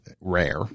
rare